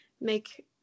make